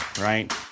right